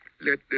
Let